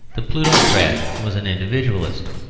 the plutocrat was an individualist.